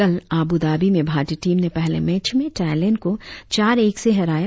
कल आब्रधाबी में भारतीय टीम ने पहले मैच में थाईलैंड को चार एक से हराया